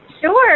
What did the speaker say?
Sure